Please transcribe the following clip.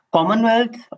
Commonwealth